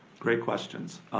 great questions.